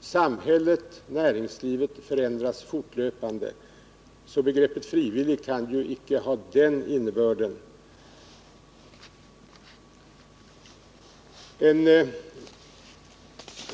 Samhället och näringslivet förändras fortlöpande. Begreppet frivilligt val kan därför inte ha den innebörden.